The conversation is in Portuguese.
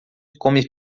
come